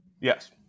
Yes